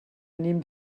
venim